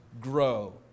grow